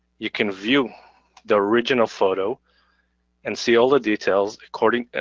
you can view the original photo and see all the details according,